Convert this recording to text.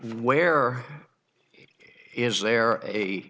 where is there a